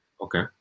okay